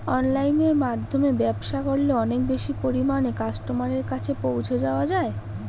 অনলাইনের মাধ্যমে ব্যবসা করলে অনেক বেশি পরিমাণে কাস্টমারের কাছে পৌঁছে যাওয়া যায়?